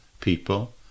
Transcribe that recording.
people